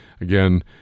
again